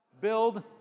build